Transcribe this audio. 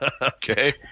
Okay